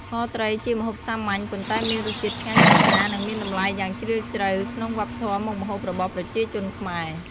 ខត្រីជាម្ហូបសាមញ្ញ ប៉ុន្តែមានរសជាតិឆ្ងាញ់ពិសា និងមានតម្លៃយ៉ាងជ្រាលជ្រៅក្នុងវប្បធម៌មុខម្ហូបរបស់ប្រជាជនខ្មែរ។